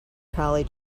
collie